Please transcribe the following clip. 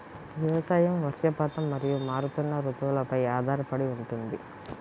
వ్యవసాయం వర్షపాతం మరియు మారుతున్న రుతువులపై ఆధారపడి ఉంటుంది